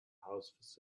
house